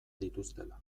dituztela